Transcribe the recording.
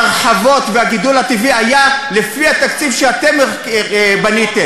ההרחבות והגידול הטבעי היו לפי התקציב שאתם בניתם.